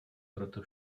proto